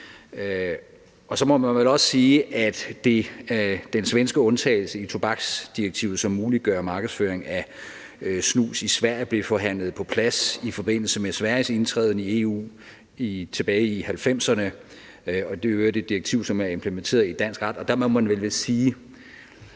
Så må man vel også sige, at den svenske undtagelse i tobaksdirektivet, som muliggør markedsføring af snus i Sverige, blev forhandlet på plads i forbindelse med Sveriges indtræden i EU tilbage i 1990'erne, og det er i øvrigt et direktiv, som er implementeret i dansk ret, og der må man vel sige,